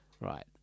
Right